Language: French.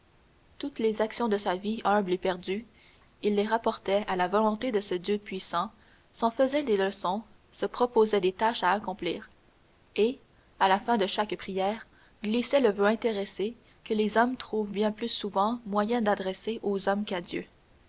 toutes les actions de sa vie humble et perdue il les rapportait à la volonté de ce dieu puissant s'en faisait des leçons se proposait des tâches à accomplir et à la fin de chaque prière glissait le voeu intéressé que les hommes trouvent bien plus souvent moyen d'adresser aux hommes qu'à dieu